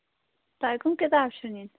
تۄہہِ کَم کِتاب چھُ نِنۍ